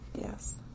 Yes